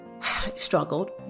struggled